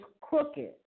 crooked